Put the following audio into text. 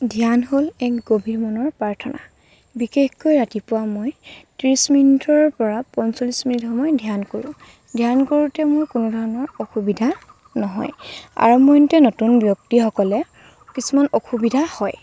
ধ্যান হ'ল এক গভীৰ মনৰ প্ৰাৰ্থনা বিশেষকৈ ৰাতিপুৱা মই ত্ৰিছ মিনিটৰ পৰা পঞ্চল্লিছ মিনিট সময় ধ্যান কৰোঁ ধ্যান কৰোঁতে মোৰ কোনো ধৰণৰ অসুবিধা নহয় আৰম্ভণিতে নতুন ব্যক্তি হ'লে কিছুমান অসুবিধা হয়